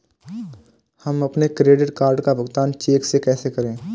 हम अपने credit card का भुगतान चेक से कैसे करें?